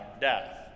death